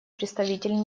представитель